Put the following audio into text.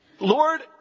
Lord